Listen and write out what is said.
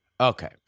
Okay